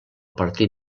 partit